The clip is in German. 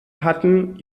hatten